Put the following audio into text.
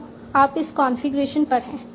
अब आप इस कॉन्फ़िगरेशन पर हैं